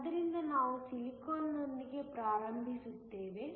ಆದ್ದರಿಂದ ನಾವು ಸಿಲಿಕಾನ್ನೊಂದಿಗೆ ಪ್ರಾರಂಭಿಸುತ್ತೇವೆ